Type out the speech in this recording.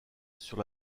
sur